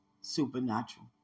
supernatural